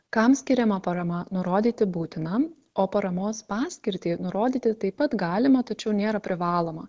kam skiriama parama nurodyti būtina o paramos paskirtį nurodyti taip pat galima tačiau nėra privaloma